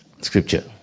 scripture